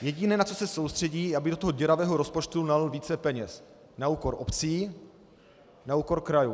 Jediné, na co se soustředí, aby do toho děravého rozpočtu nalil více peněz na úkor obcí, na úkor krajů.